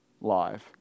live